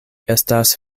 estas